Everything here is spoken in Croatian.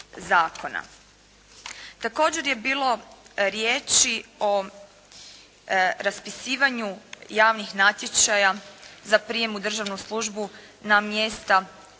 Također je bilo riječi o raspisivanju javnih natječaja za prijem u državnu službu na mjesta koja